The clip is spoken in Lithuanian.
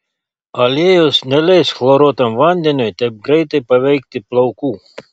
aliejus neleis chloruotam vandeniui taip greitai paveikti plaukų